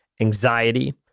anxiety